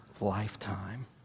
lifetime